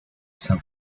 san